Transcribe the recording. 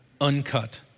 uncut